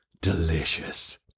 Delicious